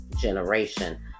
generation